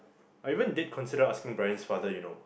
I even did consider asking Bryan's father you know